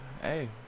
hey